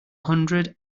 hundred